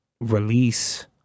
release